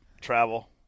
Travel